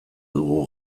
dugu